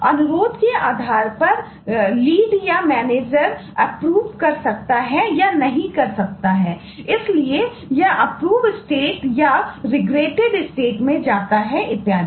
जब इसे सिस्टम में जाता है इत्यादि